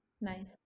Nice